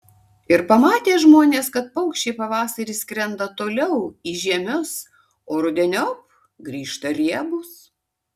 ir pamatė žmonės kad paukščiai pavasarį skrenda toliau į žiemius o rudeniop grįžta riebūs